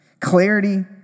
Clarity